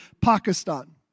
Pakistan